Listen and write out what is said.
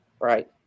right